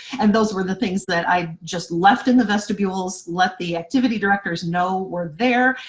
and those were the things that i just left in the vestibules, let the activity directors know were there,